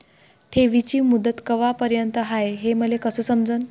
ठेवीची मुदत कवापर्यंत हाय हे मले कस समजन?